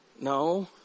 No